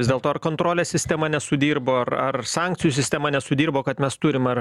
vis dėlto ar kontrolės sistema nesudirbo ar ar sankcijų sistema nesudirbo kad mes turim ar